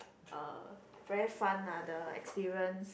uh very fun ah the experience